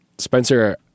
Spencer